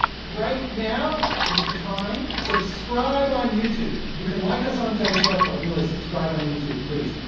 right now is the time. subscribe on youtube. you can like us on facebook but, really, subscribe on youtube, please.